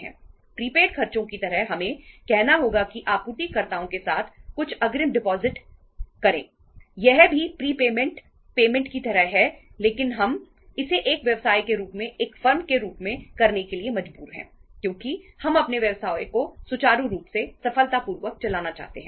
यह भी prepayment payment की तरह है लेकिन हम इसे एक व्यवसाय के रूप में एक फर्म के रूप में करने के लिए मजबूर हैं क्योंकि हम अपने व्यवसाय को सुचारू रूप से सफलतापूर्वक चलाना चाहते हैं